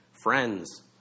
friends